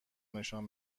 نشان